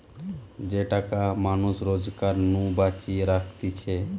যে টাকা মানুষ রোজগার নু বাঁচিয়ে রাখতিছে